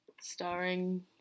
starring